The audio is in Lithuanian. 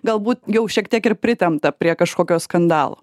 galbūt jau šiek tiek ir pritempta prie kažkokio skandalo